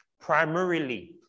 Primarily